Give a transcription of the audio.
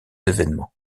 événements